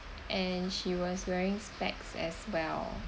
and she was wearing specs as well